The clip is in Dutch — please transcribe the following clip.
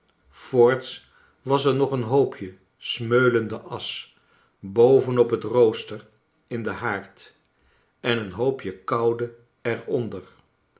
voorts was er nog een hoopje smeulende asch boven op het rooster in den haard en een hoopje koude